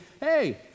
Hey